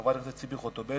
חברת הכנסת ציפי חוטובלי,